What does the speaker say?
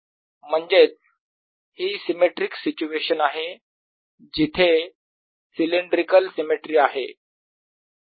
म्हणजेच हि symmetric situation आहे जिथे सिलेंड्रिकल सिमेट्री आहे